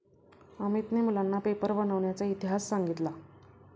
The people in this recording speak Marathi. अमितने मुलांना पेपर बनविण्याचा इतिहास सांगितला